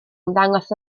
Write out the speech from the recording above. ymddangos